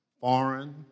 foreign